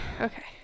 Okay